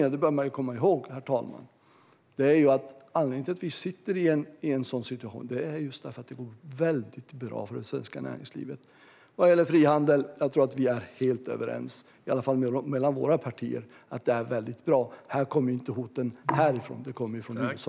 Man bör komma ihåg att en av huvudanledningarna till att vi sitter i en sådan situation är att det går väldigt bra för det svenska näringslivet. Vad gäller frihandel tror jag att vi är helt överens i varje fall mellan våra partier om att det är väldigt bra. Här kommer inte hoten härifrån utan tyvärr från USA.